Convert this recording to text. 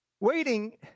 Waiting